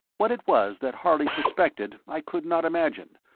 what it was that harley suspected i could not imagine,